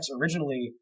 originally